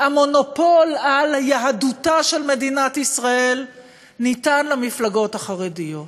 המונופול על יהדותה של מדינת ישראל ניתן למפלגות החרדיות.